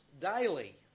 daily